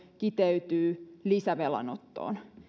kiteytyy lisävelanottoon